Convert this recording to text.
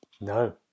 No